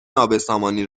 نابسامانی